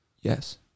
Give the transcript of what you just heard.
Yes